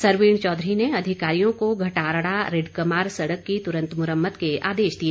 सरवीण चौधरी ने अधिकारियों को घटारड़ा रिडकमार सड़क की तुरन्त मुरम्मत के आदेश दिए